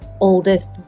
oldest